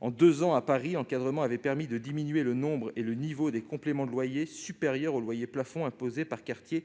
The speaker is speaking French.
En deux ans, à Paris, il a permis de diminuer le nombre et le niveau des compléments de loyers supérieurs aux loyers plafonds imposés par quartier